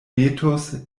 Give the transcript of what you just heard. metos